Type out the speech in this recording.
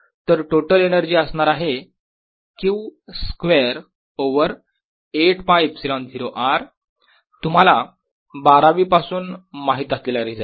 तर total energy असणार आहे Q स्क्वेअर ओवर 8 ㄫ ε0 R - तुम्हाला बारावी पासून माहित असलेला रिझल्ट